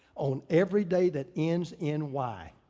on every day that ends in y.